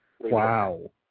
Wow